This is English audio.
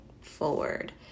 forward